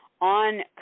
on